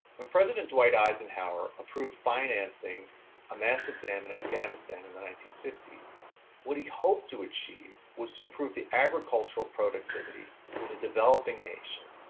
when president dwight eisenhower approved financing a massive dam in afghanistan in the nineteen fifty s what he hoped to achieve was to improve the agricultural productivity in a developing nation,